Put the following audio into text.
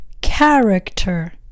character